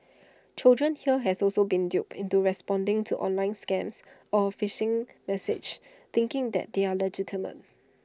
children here has also been duped into responding to online scams or A phishing message thinking that they are legitimate